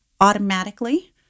automatically